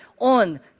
on